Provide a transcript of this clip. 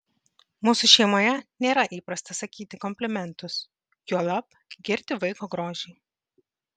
mūsų šeimoje nėra įprasta sakyti komplimentus juolab girti vaiko grožį